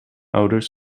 ouders